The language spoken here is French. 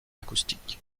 acoustique